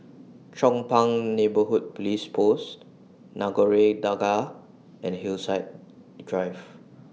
Chong Pang Neighbourhood Police Post Nagore Dargah and Hillside Drive